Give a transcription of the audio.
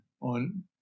on